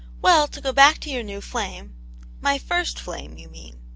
well, to go back to your new. flame my first flame, you mean.